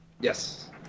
Yes